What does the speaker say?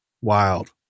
Wild